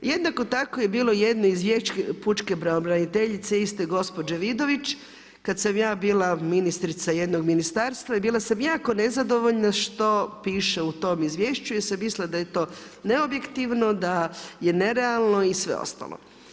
Jednako tako je bilo jedno izvješće pučke pravobraniteljice iste gospođe Vidović kad sam ja bila ministrica jednog ministarstva i bila sam jako nezadovoljna što piše u tom izvješću jer sam mislila da je to neobjektivno, da je nerealno i sve ostalo.